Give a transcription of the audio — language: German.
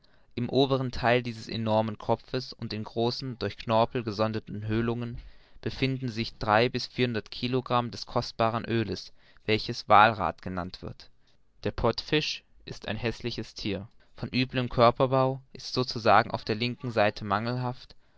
im oberen theile dieses enormen kopfes und in großen durch knorpel gesonderten höhlungen befinden sich drei bis vierhundert kilogramm des kostbaren oeles welches wallrath genannt wird der pottfisch ist ein häßliches thier von üblem körperbau so zu sagen auf der ganzen linken seite mangelhaft